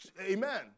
Amen